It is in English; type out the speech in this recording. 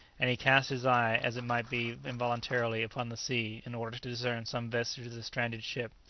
and he cast his eye, as it might be involuntarily, upon the sea, in order to discern some vestige of the stranded ship.